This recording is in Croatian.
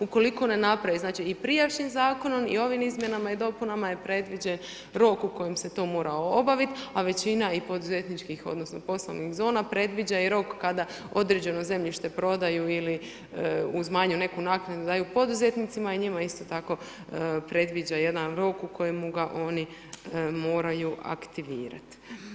Ukoliko ne napravi znači i prijašnjim zakonom i ovim izmjenama i dopunama je predviđen rok u kojem se to mora obaviti, a većina i poduzetničkih odnosno poslovnih zona predviđa i rok kada određeno zemljište prodaju ili uz manju neku naknadu daju poduzetnicima i njima isto tako predviđa jedan rok u kojemu ga oni moraju aktivirati.